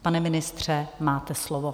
Pane ministře, máte slovo.